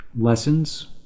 lessons